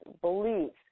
beliefs